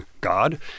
God